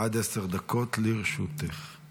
עד עשר דקות לרשותך.